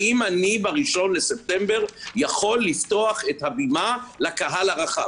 האם אני ב-1 בספטמבר יכול לפתוח את הבימה לקהל הרחב?